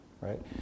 right